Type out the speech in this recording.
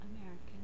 American